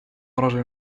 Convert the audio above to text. رجل